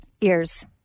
Ears